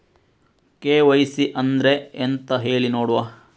KYC ಅಂದ್ರೆ ಎಂತ ಹೇಳಿ ನೋಡುವ?